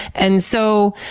and so,